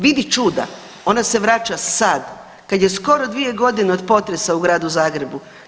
Vidi čuda ona se vraća sad kad je skoro 2 godine od potresa u Gradu Zagrebu.